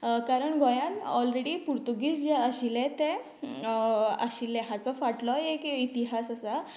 कारण गोंयांन ऑलरेडी पुर्तुगीज जें आशिल्लें तें आशिल्लें हांचो फाटलोय एक इतिहास आसा